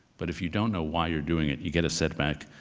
but if you don't know why you're doing it, you get a setback,